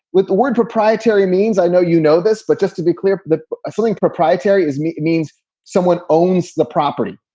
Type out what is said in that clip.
with the word proprietary means. i know you know this. but just to be clear that something proprietary is me. it means someone owns the property.